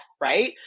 right